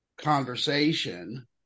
Conversation